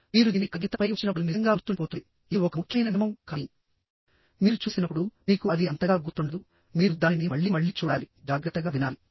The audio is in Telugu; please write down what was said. మీరు దానిని కాగితంపై ఉంచినప్పుడు మీకు నిజంగా గుర్తుండిపోతుంది ఇది ఒక ముఖ్యమైన నియమం కానీ మీరు చూసినప్పుడు మీకు అది అంతగా గుర్తుండదు మీరు దానిని మళ్లీ మళ్లీ చూడాలి జాగ్రత్తగా వినాలి